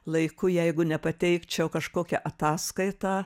laiku jeigu nepateikčiau kažkokią ataskaitą